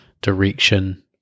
direction